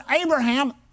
Abraham